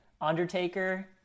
Undertaker